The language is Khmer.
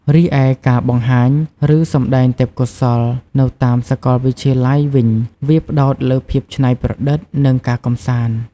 រីឯការបង្ហាញ ឬ សម្ដែងទេពកោសល្យនៅតាមសកលវិទ្យាល័យវិញ វាផ្តោតលើភាពច្នៃប្រឌិត និងការកំសាន្ត។